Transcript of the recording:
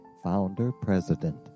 founder-president